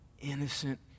innocent